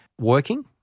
working